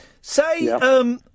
say